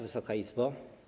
Wysoka Izbo!